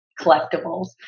collectibles